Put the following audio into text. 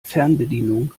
fernbedienung